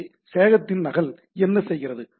எனவே சேவையகத்தின் நகல் என்ன செய்கிறது